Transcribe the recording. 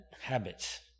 habits